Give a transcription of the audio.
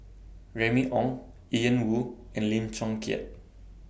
Remy Ong Ian Woo and Lim Chong Keat